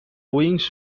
wings